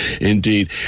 Indeed